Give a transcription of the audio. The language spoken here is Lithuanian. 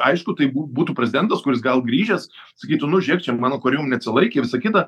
aišku tai bū būtų prezidentas kuris gal grįžęs sakytų nu žiūrėk čia mano kariuomenė atsilaikė visa kita